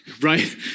Right